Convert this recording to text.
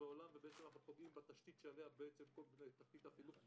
ובעצם אנחנו פוגעים בתשתית שעליה כל מערכת החינוך בנויה,